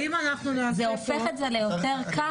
אבל אם אנחנו נעשה פה --- זה הופך את זה ליותר קל.